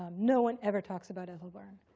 um no one ever talks about ethel byrne.